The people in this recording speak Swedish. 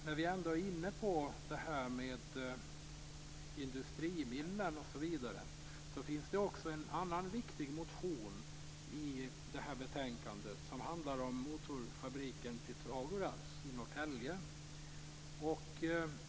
När vi ändå är inne på detta med industriminnen osv. vill jag ta upp en viktig motion i betänkandet som handlar om motorfabriken Pythagoras i Norrtälje.